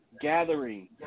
Gathering